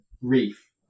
reef